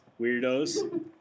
weirdos